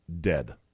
dead